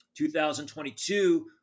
2022